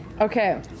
Okay